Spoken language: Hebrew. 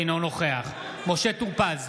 אינו נוכח משה טור פז,